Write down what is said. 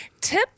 Tip